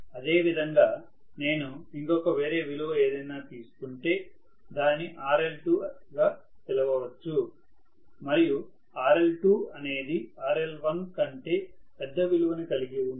అదే విధంగా నేను ఇంకొక వేరే విలువ ఏదైనా అనుకుంటే దానిని RL2 గా పిలవచ్చు మరియు RL2 అనేది RL1 కంటే పెద్ద విలువ ని కలిగి ఉంటే